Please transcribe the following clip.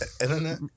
internet